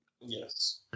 Yes